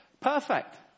perfect